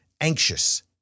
anxious